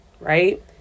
right